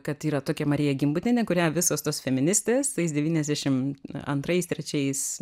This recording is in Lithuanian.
kad yra tokia marija gimbutienė kurią visos tos feministės tais devyniasdešim antrais trečiais